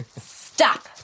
Stop